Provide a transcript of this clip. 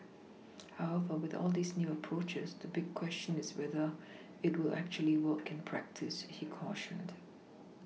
however with all these new approaches the big question is whether it will actually work in practice he cautioned